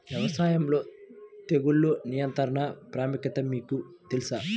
వ్యవసాయంలో తెగుళ్ల నియంత్రణ ప్రాముఖ్యత మీకు తెలుసా?